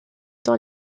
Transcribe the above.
dans